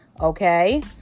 okay